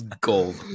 Gold